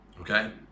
Okay